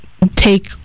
take